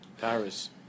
Paris